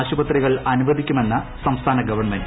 ആശുപത്രികൾ അനുവദിക്കുമെന്ന് സംസ്ഥാന ഗവൺമെന്റ്